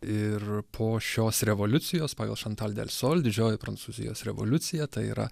ir po šios revoliucijos pagal šantal delsol didžioji prancūzijos revoliucija tai yra